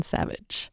Savage